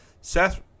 Seth